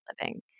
living